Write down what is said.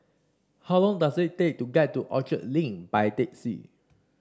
how long does it take to get to Orchard Link by taxi